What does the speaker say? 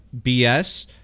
BS